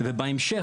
ובהמשך,